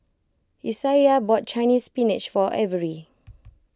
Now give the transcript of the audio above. Isaiah bought Chinese Spinach for Avery